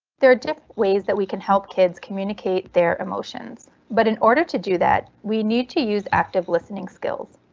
there are different ways that we can help kids communicate their emotions. but in order to do that we need to use active listening skills.